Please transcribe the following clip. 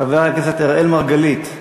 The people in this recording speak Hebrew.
חבר הכנסת אראל מרגלית,